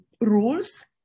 rules